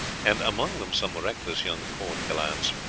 and among them some reckless young court gallants,